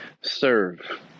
Serve